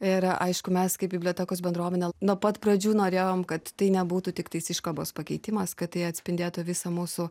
ir aišku mes kaip bibliotekos bendruomenė nuo pat pradžių norėjom kad tai nebūtų tiktais iškabos pakeitimas kad tai atspindėtų visą mūsų